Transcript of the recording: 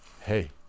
hey